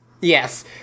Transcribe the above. Yes